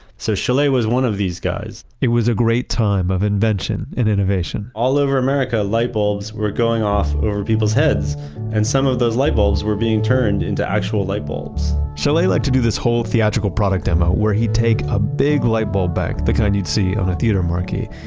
so chaillet was one of these guys it was a great time of invention and innovation all over america light bulbs were going off over people's heads and some of those light bulbs were being turned into actual light bulbs so chaillet like to do this whole theatrical product demo where he takes a big light bulb back, the kind you would see on a theater marquis.